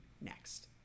next